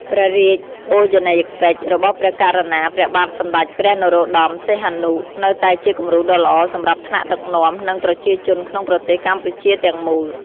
ព្រះរាជបូជនីយកិច្ចរបស់ព្រះករុណា ព្រះបាទសម្ដេចព្រះនរោត្ដម សីហនុ នៅតែជាគំរូដ៏ល្អសម្រាប់ថ្នាក់ដឹកនាំ និងប្រជាជនក្នុងប្រទេសកម្ពុជាទាំងមូល។